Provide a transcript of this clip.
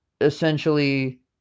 essentially